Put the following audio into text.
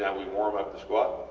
and we warm up the squat?